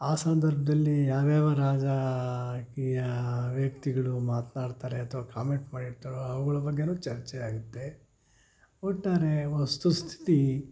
ಆ ಸಂದರ್ಭದಲ್ಲಿ ಯಾವ ಯಾವ ರಾಜಕೀಯ ವ್ಯಕ್ತಿಗಳು ಮಾತ್ನಾಡ್ತಾರೆ ಅಥ್ವ ಕಾಮೆಂಟ್ ಮಾಡಿರ್ತಾರೋ ಅವುಗಳ್ ಬಗ್ಗೆಯೂ ಚರ್ಚೆ ಆಗುತ್ತೆ ಒಟ್ಟಾರೆ ವಸ್ತು ಸ್ಥಿತಿ